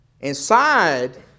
Inside